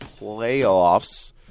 playoffs